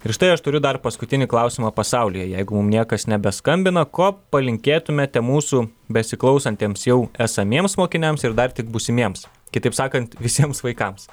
ir štai aš turiu dar paskutinį klausimą pasaulyje jeigu mum niekas nebeskambina ko palinkėtumėte mūsų besiklausantiems jau esamiems mokiniams ir dar tik būsimiems kitaip sakant visiems vaikams